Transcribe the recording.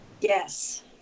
Yes